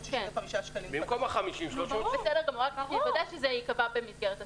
365 שקלים" במקום 50. רק רציתי לוודא שזה ייקבע במסגרת הסעיף.